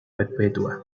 perpetua